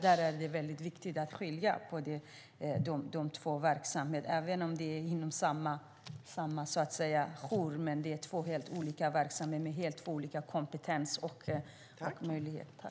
Det är väldigt viktigt att skilja på de två verksamheterna även om de bedrivs på samma jour. Det är ju två helt olika verksamheter med helt olika kompetens och möjligheter.